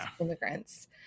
immigrants